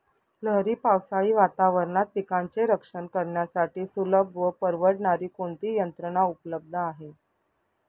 लहरी पावसाळी वातावरणात पिकांचे रक्षण करण्यासाठी सुलभ व परवडणारी कोणती यंत्रणा उपलब्ध आहे?